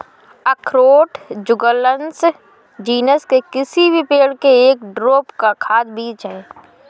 अखरोट Juglans genus के किसी भी पेड़ के एक ड्रूप का खाद्य बीज है